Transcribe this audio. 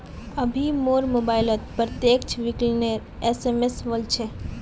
अभी मोर मोबाइलत प्रत्यक्ष विकलनेर एस.एम.एस वल छ